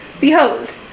Behold